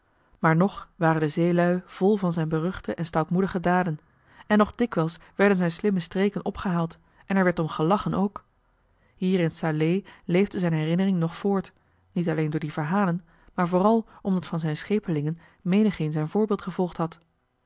maar nog waren de zeelui vol van zijn beruchte en stoutmoedige daden en nog dikwijls werden zijn slimme streken opgehaald en er werd om gelachen ook hier in salé leefde zijn herinnering nog voort niet alleen door die verhalen maar vooral omdat van zijn schepelingen menigeen zijn voorbeeld gevolgd had